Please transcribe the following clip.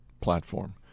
platform